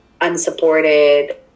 unsupported